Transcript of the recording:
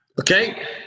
Okay